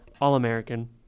All-American